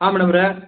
ಹಾಂ ಮೇಡಮವ್ರೇ